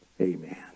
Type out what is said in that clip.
Amen